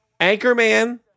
Anchorman